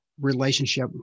relationship